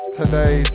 today